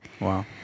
Wow